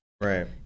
Right